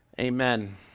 amen